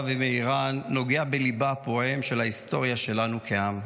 ומאיראן נוגע בליבה הפועם של ההיסטוריה שלנו כעם.